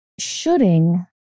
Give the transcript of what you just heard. shoulding